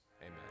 Amen